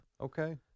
Okay